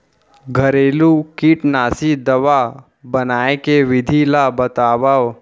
घरेलू कीटनाशी दवा बनाए के विधि ला बतावव?